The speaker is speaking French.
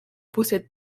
possède